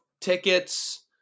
tickets